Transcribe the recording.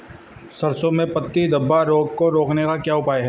सरसों में पत्ती धब्बा रोग को रोकने का क्या उपाय है?